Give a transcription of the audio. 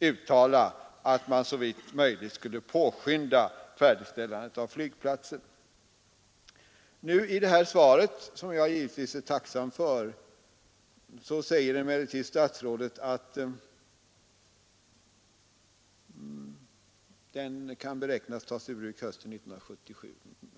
uttala att man såvitt möjligt skulle påskynda färdigställandet av flygplatsen. I det nu lämnade svaret — som jag givetvis är tacksam för — säger emellertid statsrådet att flygplatsen beräknas kunna tas i bruk hösten 1977.